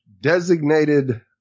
designated